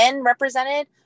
represented